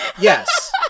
Yes